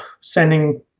sending